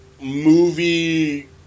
movie